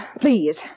Please